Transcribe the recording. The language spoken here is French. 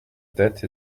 tête